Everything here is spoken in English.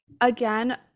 again